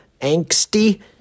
angsty